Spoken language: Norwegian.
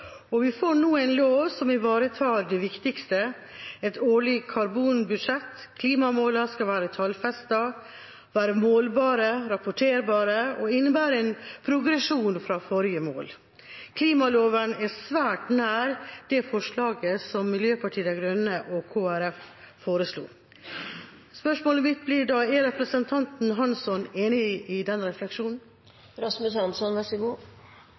og vi får nå en lov som ivaretar det viktigste – et årlig karbonbudsjett, klimamålene skal være tallfestet, målbare, rapporterbare og innebære en progresjon fra forrige mål. Klimaloven er svært nær det forslaget som Miljøpartiet De Grønne og Kristelig Folkeparti foreslo. Spørsmålet mitt blir da: Er representanten Hansson enig i den refleksjonen? Jeg er enig med representanten i at det er en god